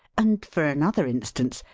and, for another instance,